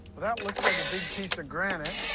but that looks like a big piece of granite.